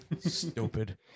Stupid